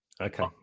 okay